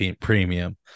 Premium